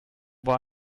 war